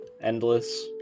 endless